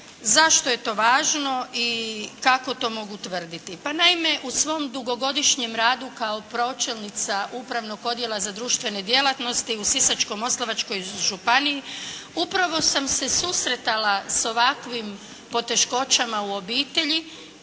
Zašto je to važno i kako to mogu tvrditi? Pa naime u svom dugogodišnjem radu kao pročelnica upravnog odjela za društvene djelatnosti u Sisačko-moslavačkoj županiji, upravo sam se susretala sa ovakvim poteškoćama u obitelji